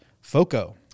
FOCO